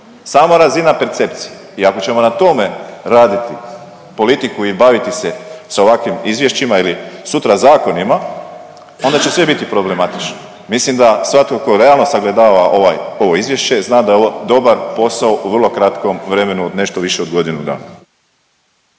samo razina percepcije i ako ćemo na tome raditi politiku i baviti se sa ovakvim izvješćima ili sutra zakonima onda će sve biti problematično. Mislim da svatko tko realno sagledava ovaj, ovo izvješće zna da je ovo dobar posao u vrlo kratkom vremenu nešto više od godinu dana.